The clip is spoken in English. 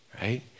right